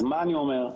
אז מה אני אומר,